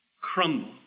crumble